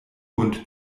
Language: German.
bund